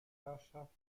herrschaft